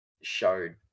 showed